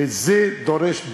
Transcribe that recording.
וזה דורש,